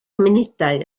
munudau